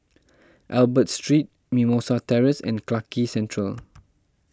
Albert Street Mimosa Terrace and Clarke Quay Central